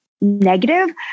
negative